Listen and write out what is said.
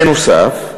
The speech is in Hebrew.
בנוסף,